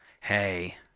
Hey